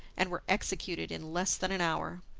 and were executed in less than an hour.